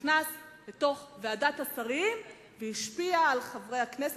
נכנס לתוך ועדת השרים והשפיע על חברי הכנסת,